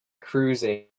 cruising